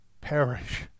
perish